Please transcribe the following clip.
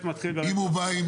אם הוא בא עם